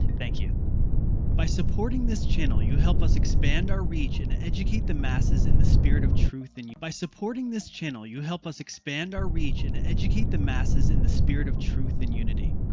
thank you by supporting this channel you help us expand our reach and educate the masses in the spirit of truth and you by supporting this channel you help us expand our reach and educate the masses in the spirit of truth in unity.